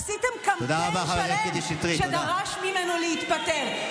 עשיתם קמפיין שלם שדרש ממנו להתפטר.